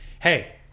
hey